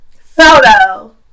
photo